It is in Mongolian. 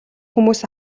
хүмүүс